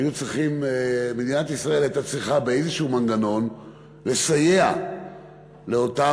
מדינת ישראל הייתה צריכה באיזשהו מנגנון לסייע לאותן